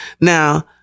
Now